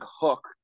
hook